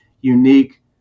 unique